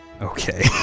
Okay